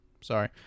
Sorry